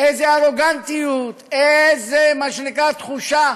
איזו ארוגנטיות, איזה מה שנקרא תחושה